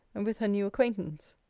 and with her new acquaintance.